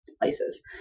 places